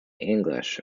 english